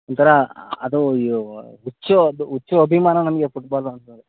ಒಂಥರ ಅದು ಈ ಹುಚ್ಚುಅದು ಹುಚ್ಚು ಅಭಿಮಾನ ನಮಗೆ ಫುಟ್ಬಾಲು ಅಂತಂದರೆ